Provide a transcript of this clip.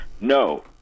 no